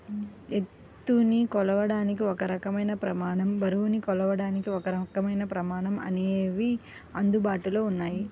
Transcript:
ఎత్తుని కొలవడానికి ఒక రకమైన ప్రమాణం, బరువుని కొలవడానికి ఒకరకమైన ప్రమాణం అనేవి అందుబాటులో ఉన్నాయి